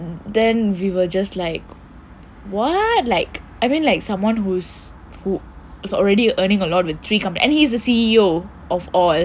then we were just like what like I mean like someone who's already earning a lot with three companies and he's the C_E_O of all